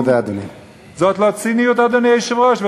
זאת לא ציניות, אדוני היושב-ראש?